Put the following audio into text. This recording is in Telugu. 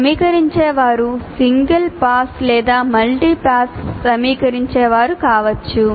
సమీకరించేవారు సింగిల్ పాస్ లేదా మల్టీ పాస్ సమీకరించేవారు కావచ్చు